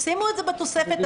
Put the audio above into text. שימו את זה בתוספת,